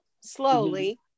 slowly